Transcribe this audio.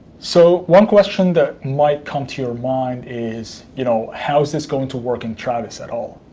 so one question that might come to your mind is, you know how is this going to work and travis at all?